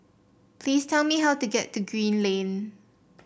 please tell me how to get to Green Lane